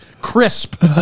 crisp